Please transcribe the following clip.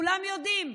כולם יודעים,